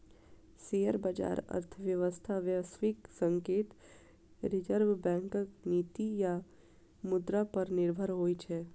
share बाजार अर्थव्यवस्था, वैश्विक संकेत, रिजर्व बैंकक नीति आ मुद्रा पर निर्भर होइ छै